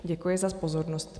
Děkuji za pozornost.